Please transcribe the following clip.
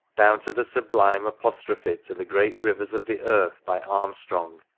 down to the sublime apostrophe to the great rivers of the earth, by armstrong,